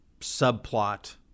subplot